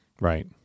right